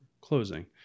closing